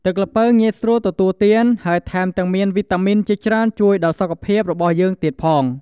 ទឹកល្ពៅ ងាយស្រួលទទួលទាន ហើយថែមទាំងមានវីតាមីនជាច្រើនជួយដល់សុខភាពរបស់យើងទៀតផង។